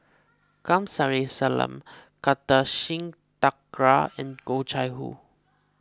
Kamsari Salam Kartar Singh Thakral and Oh Chai Hoo